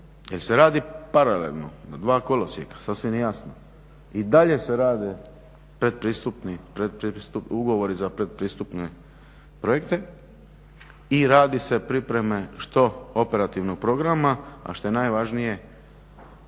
jer se radi paralelno na dva kolosijeka sasvim jasno. I dalje se rade ugovori za predpristupne projekte i rade se pripreme što operativnog programa, a što je najvažnije